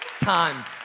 time